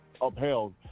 upheld